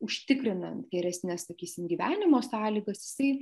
užtikrinant geresnes sakysim gyvenimo sąlygas jisai